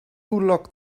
locked